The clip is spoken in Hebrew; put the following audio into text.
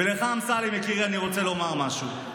ולך, אמסלם יקירי, אני רוצה לומר משהו.